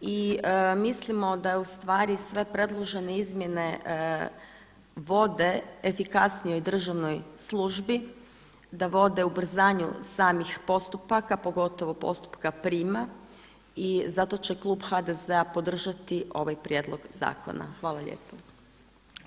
i mislimo da su sve predložene izmjene vode efikasnijoj državnoj službi, da vode ubrzanju samih postupaka pogotovo postupka prima i zato će klub HDZ-a podržati ovaj prijedlog zakona.